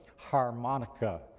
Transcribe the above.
harmonica